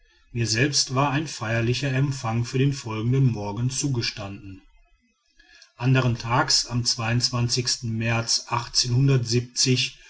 mir selbst war ein feierlicher empfang für den folgenden morgen zugestanden andern tags am märz